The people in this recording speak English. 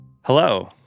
Hello